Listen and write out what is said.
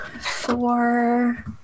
four